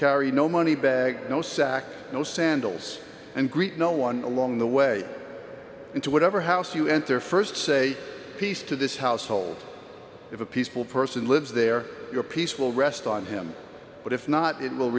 carry no money bag no sack no sandals and greet no one along the way into whatever house you enter st say peace to this household if a peaceful person lives there your peace will rest on him but if not it will